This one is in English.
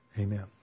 Amen